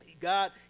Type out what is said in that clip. God